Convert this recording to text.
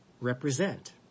represent